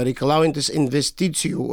reikalaujantis investicijų